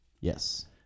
Yes